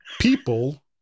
people